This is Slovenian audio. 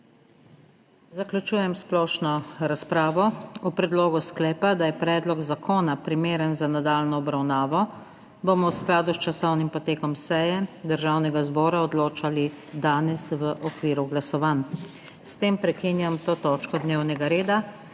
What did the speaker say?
Zaključujem splošno razpravo. O predlogu sklepa, da je predlog zakona primeren za nadaljnjo obravnavo, bomo v skladu s časovnim potekom seje Državnega zbora odločali danes v okviru glasovanj. S tem prekinjam to točko dnevnega reda.